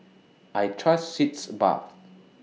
I Trust Sitz Bath